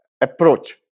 approach